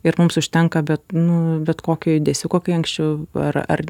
ir mums užtenka bet nu bet kokio judesiuko kai anksčiau ar ar